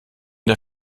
der